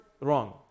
wrong